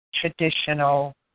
traditional